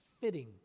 fitting